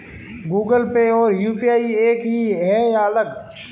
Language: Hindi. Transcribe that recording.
गूगल पे और यू.पी.आई एक ही है या अलग?